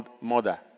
mother